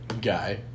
guy